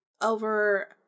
over